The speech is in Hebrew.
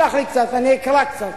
תשלח לי קצת, אני אקרא קצת.